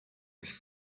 his